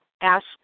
ask